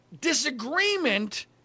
disagreement